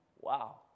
Wow